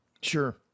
Sure